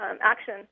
action